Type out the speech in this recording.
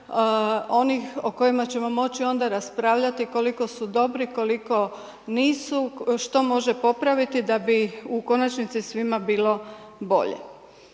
onih o kojima ćemo moći onda raspravljati koliko su dobri koliko nisu, što može popraviti da bi u konačnici svima bilo bolje.